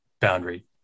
boundary